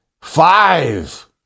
five